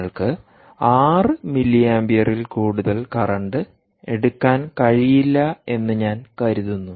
നിങ്ങൾക്ക് 6 മില്ലി ആമ്പിയറിൽ കൂടുതൽ കറന്റ് എടുക്കാൻ കഴിയില്ല എന്ന് ഞാൻ കരുതുന്നു